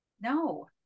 No